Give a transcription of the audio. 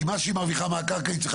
כי מה שהיא מרוויחה מהקרקע היא צריכה